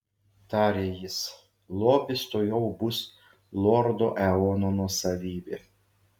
tarė jis lobis tuojau bus lordo eono nuosavybė